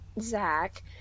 Zach